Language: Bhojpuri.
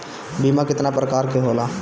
बीमा केतना प्रकार के होला?